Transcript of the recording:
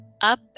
up